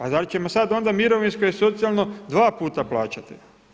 A da li ćemo sada onda mirovinsko i socijalno dva puta plaćati?